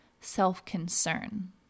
self-concern